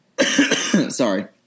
sorry